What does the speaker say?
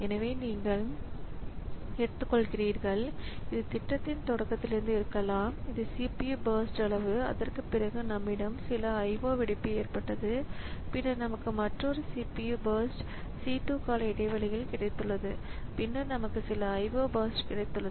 எனவே நீங்கள் எடுத்துக்கொள்கிறீர்கள் இது திட்டத்தின் தொடக்கத்திலிருந்து இருக்கலாம் இது CPU பர்ஸ்ட் அளவு அதற்குப் பிறகு நம்மிடம் சில IO வெடிப்பு ஏற்பட்டது பின்னர் நமக்கு மற்றொரு CPU பர்ஸ்ட் c 2 சில கால இடைவெளியில் கிடைத்துள்ளது பின்னர் நமக்கு சில IO பர்ஸ்ட் கிடைத்துள்ளது